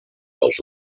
dels